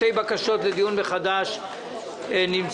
יש שתי בקשות לדיון מחדש כאן,